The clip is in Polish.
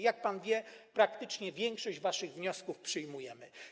Jak pan wie, praktycznie większość waszych wniosków przyjmujemy.